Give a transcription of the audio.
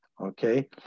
Okay